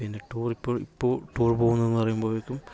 പിന്നെ ടൂർ ഇപ്പോൾ ഇപ്പോൾ ടൂർ ടൂർ പോകുമെന്ന് പറയുമ്പോഴേക്കും